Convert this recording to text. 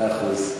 מאה אחוז.